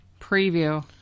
preview